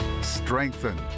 strengthen